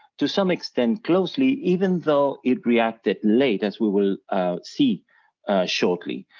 to some extent closely even though it reacted late as we will see shortly.